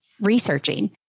researching